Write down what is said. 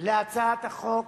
להצעת החוק,